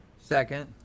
Second